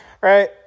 right